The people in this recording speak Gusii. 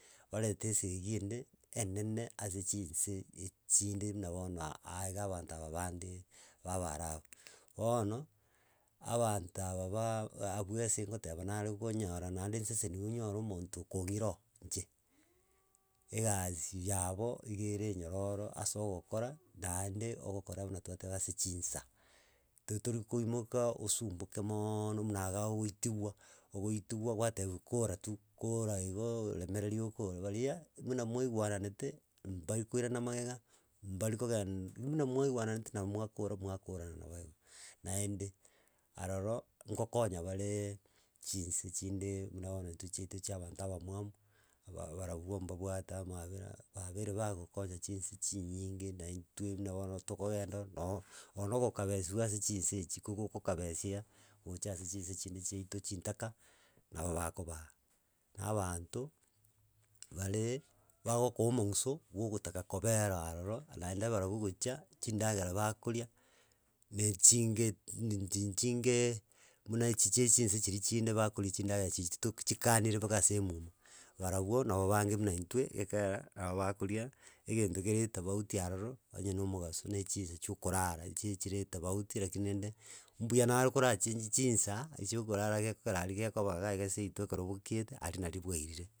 Orete esegi ende, enene ase chinse echinde buna bono aaiga abanto aba bande babaarabu bono, abanto aba baaa abwo ase ngoteba nare gonyora naende nseseniwe nyore omonto okong'ira oo inche, egasi yabo iga ere enyororo ase ogokora, naende ogokora buna twateba ase chinsa, totorikoimoka osumbuke moooono muna aga ogoitiwa ogoitiwa gwatebiwa kora tu kora igo remereri okore. Baria, muna mwaigwananete, mbari koirana magega, mbari kogen muna mwaigwananete nabo mwakora mwakorana na baibo. Naende, aroro ngokonya bareee chinsa chinde buna bono ntwe chiaito chia abanto abamwamu, ba barabwo mbabwate amabera babeire bagokonya chinsa chinyinge na intwe muna bono tokogenda noo, ono gokabesiwa ase chinse echi, kogokokabesia gocha ase chinsa chinde chiato chintaka, nabo bakoba, na abanto bare bagokoa omong'uso gwogotaka kobera aroro naende barabwo gochia chindagera bakoria na echinge ntinti chingeee muna echi chia echinse chiria chinde bakoria chindagera chiri chitoki chikanire baka ase emumu. Barabwo, nabo bange buna intwe, egiagekera abo bakoria egento kere etabauti aroro onye na omogaso na echinsa chia okorara, echi echire etabauti lakini rende mbuya naye okorachangia chinsa echiokorara gekogera aria gekoba iga iga seito ekero bokiete aria nari bwairire.